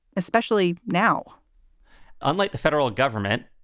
especially now unlike the federal government,